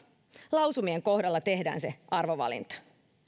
lausumien kohdalla tehdään se arvovalinta